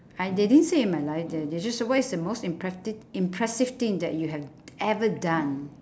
I they didn't say in my life there they just say what is the most impressive thing that you have ever done